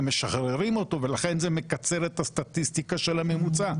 ומשחררים אותו ולכן זה מקצר את הסטטיסטיקה של הממוצע.